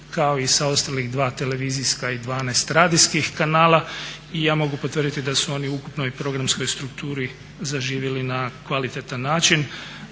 kao i sa ostalih dva televizijska i 12 radijskih kanala. I ja mogu potvrditi da su oni u ukupnoj programskoj strukturi zaživjeli na kvalitetan način,